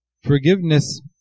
forgiveness